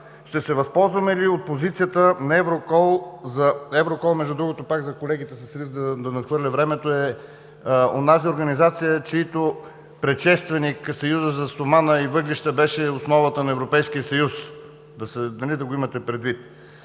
Ще се възползваме ли от позицията на ЕВРКОЛ? Между другото ЕВРОКОЛ – за колегите с риск да надхвърля времето, е онази организация, чийто предшественик е Съюзът за стомана и въглища, беше основата на Европейския съюз, да го имате предвид.